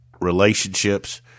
relationships